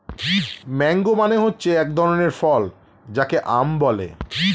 mango মানে হচ্ছে এক ধরনের ফল যাকে আম বলে